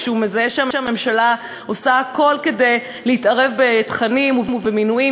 כשהוא מזהה שהממשלה עושה הכול כדי להתערב בתכנים ובמינויים,